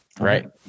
right